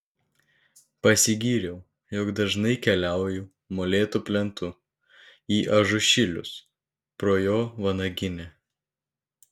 pasigyriau jog dažnai keliauju molėtų plentu į ažušilius pro jo vanaginę